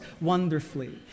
wonderfully